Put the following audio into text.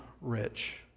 rich